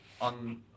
on